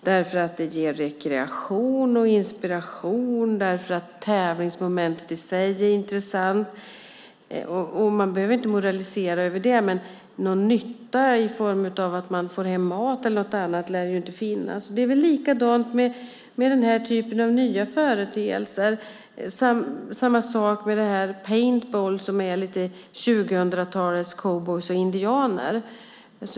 Det ger rekreation och inspiration därför att tävlingsmomentet i sig är intressant. Man behöver inte moralisera över det, men någon nytta i form av att man får hem mat eller något annat lär det inte finnas. Det är likadant med nya företeelser. Samma sak med dem som spelar paintball som är lite av 2000-talets cowboyer och indianer.